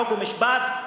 חוק ומשפט,